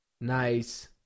Nice